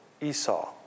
Esau